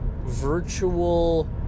virtual